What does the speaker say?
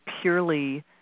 purely